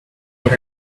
got